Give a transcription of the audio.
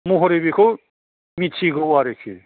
महरै बिखौ मिथिगौ आरोखि